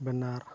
ᱵᱮᱱᱟᱨ